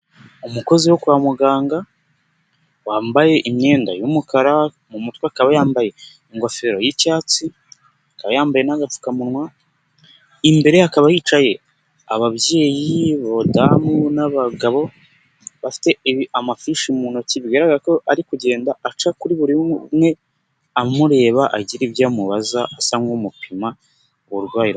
Umukozi wo kwa muganga wambaye imyenda y'umukara, mu mutwe akaba yambaye ingofero y'icyatsi, akaba yambaye n'agapfukamunwa, imbere ye hakaba hicaye ababyeyi, abadamu n'abagabo, bafite amafishi mu ntoki bigaragara ko ari kugenda aca kuri buri umwe amureba agira ibyo amubaza asa nk'umupima uburwayi.